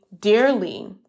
dearly